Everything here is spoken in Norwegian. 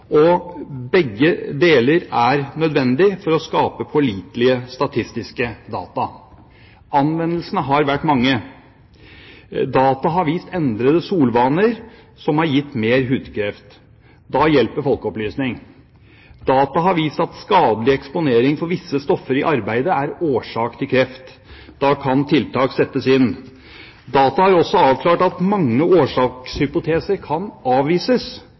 og begge deler er nødvendig for å skape pålitelige statistiske data. Anvendelsene har vært mange. Data har vist at endrede solvaner har gitt mer hudkreft. Da hjelper folkeopplysning. Data har vist at skadelig eksponering for visse stoffer i arbeidet er årsak til kreft. Da kan tiltak settes inn. Data har også avklart at mange årsakshypoteser kan avvises.